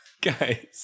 Guys